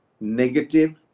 negative